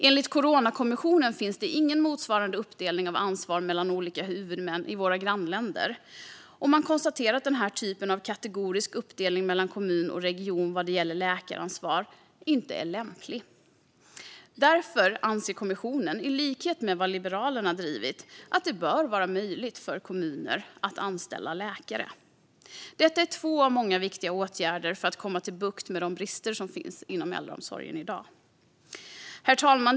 Enligt Coronakommissionen finns det ingen motsvarande uppdelning av ansvar mellan olika huvudmän i våra grannländer, och man konstaterar att den här typen av kategorisk uppdelning mellan kommun och region vad gäller läkaransvar inte är lämplig. Därför anser kommissionen, i likhet med vad Liberalerna drivit, att det bör vara möjligt för kommuner att anställa läkare. Detta är två av många viktiga åtgärder för att få bukt med de brister som finns inom äldreomsorgen i dag. Herr talman!